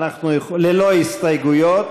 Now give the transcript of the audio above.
ללא הסתייגויות.